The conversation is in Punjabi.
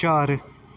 ਚਾਰ